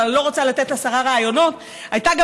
אבל אני לא רוצה לתת לשרה רעיונות: הייתה גם